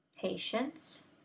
patience